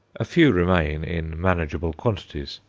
a few remain, in manageable quantities,